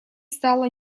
стало